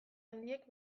handiek